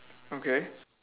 okay